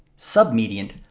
submediant,